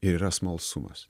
ir yra smalsumas